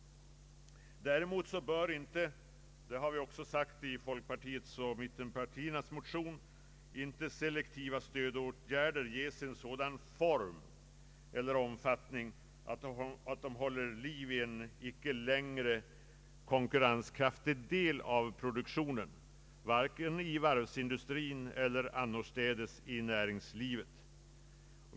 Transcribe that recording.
Däremot bör inte — det har vi också sagt i mittenpartiernas motion — selektiva stödåtgärder ges en sådan form eller omfattning att de håller liv i en inte längre konkurrenskraftig del av produktionen vare sig i varvsindustrin eller annorstädes inom näringslivet.